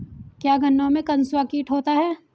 क्या गन्नों में कंसुआ कीट होता है?